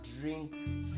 drinks